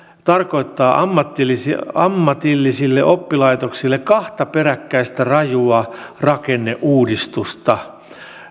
tarkoittaa ammatillisille ammatillisille oppilaitoksille kahta peräkkäistä rajua rakenneuudistusta